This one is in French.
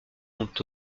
sont